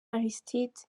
aristide